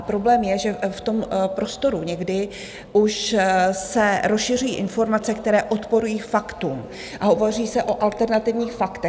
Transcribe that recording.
Problém je, že v tom prostoru někdy už se rozšiřují informace, které odporují faktům, a hovoří se o alternativních faktech.